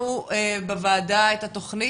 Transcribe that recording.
בוועדה את התכנית?